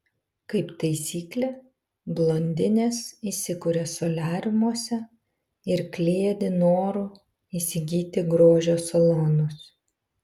kaip taisyklė blondinės įsikuria soliariumuose ir kliedi noru įsigyti grožio salonus